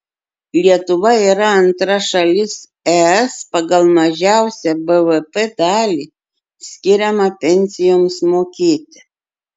lietuva yra antra šalis es pagal mažiausią bvp dalį skiriamą pensijoms mokėti